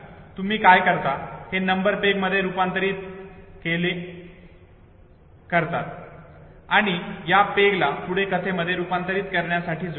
तुम्ही काय करता हे नंबर पेगमध्ये रूपांतरित केले करतात आणि या पेगला पुढे कथेमध्ये रुपांतरित करण्यासाठी जोडतात